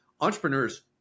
Entrepreneurs